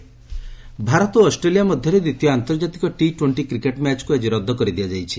cricket Bharat ଓ Australia ମଧ୍ୟରେ ଦ୍ୱିତୀୟ ଆନ୍ତର୍ଜାତିକ ଟି ଟ୍ୱେଣ୍ଟି କ୍ରିକେଟ୍ ମ୍ୟାଚ୍କୁ ଆଜି ରଦ୍ଦ କରିଦିଆଯାଇଛି